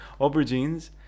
aubergines